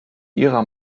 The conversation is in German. ihrer